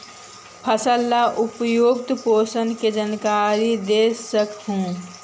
फसल ला उपयुक्त पोषण के जानकारी दे सक हु?